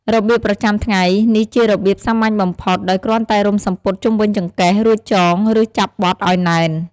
របៀបប្រចាំថ្ងៃ នេះជារបៀបសាមញ្ញបំផុត ដោយគ្រាន់តែរុំសំពត់ជុំវិញចង្កេះ រួចចង ឬចាប់បត់ឲ្យណែន។